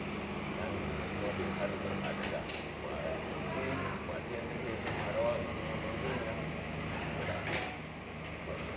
﻿Yani bu muna uma be har riʒa a datta gha c’uwi mu ta yau tahiyai mu rawa Ghinshina mu ngikunya mada piya.